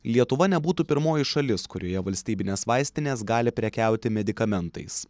lietuva nebūtų pirmoji šalis kurioje valstybinės vaistinės gali prekiauti medikamentais